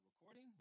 recording